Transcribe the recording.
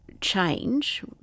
change